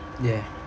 ya